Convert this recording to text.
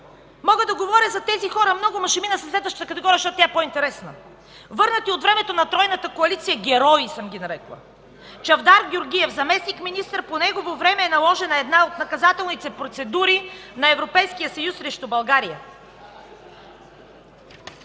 Мога да говоря за тези хора много, но ще мина към следващата категория, понеже тя е по-интересна: върнати от времето на тройната коалиция „герои” съм ги нарекла: Чавдар Георгиев – заместник-министър. По негово време е наложена една от наказателните процедури на Европейския съюз срещу България.